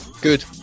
Good